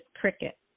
cricket